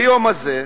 ליום הזה,